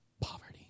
Poverty